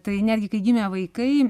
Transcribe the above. tai netgi kai gimė vaikai